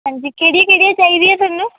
ਹਾਂਜੀ ਕਿਹੜੀਆਂ ਕਿਹੜੀਆਂ ਚਾਹੀਦੀਆਂ ਤੁਹਾਨੂੰ